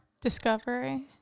Discovery